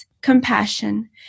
compassion